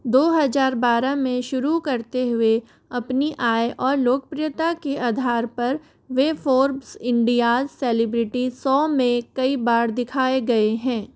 दो हज़ार बारह में शुरू करते हुए अपनी आय और लोकप्रियता के आधार पर वे फोर्ब्स इंडियाज़ सेलिब्रिटी सौ में कई बार दिखाए गए हैं